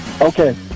Okay